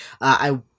I-